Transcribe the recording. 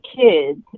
kids